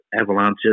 avalanches